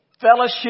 fellowship